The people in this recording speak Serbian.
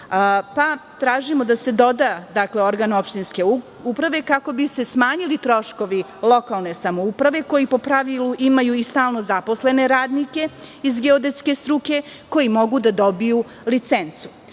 pa tražimo da se doda – organ opštinske uprave, kako bi se smanjili troškovi lokalne samouprave koji, po pravilu, imaju i stalno zaposlene radnike iz geodetske struke, koji mogu da dobiju licencu,